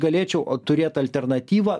galėčiau turėt alternatyvą